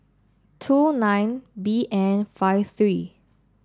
two nine B N five three